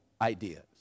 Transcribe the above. ideas